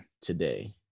today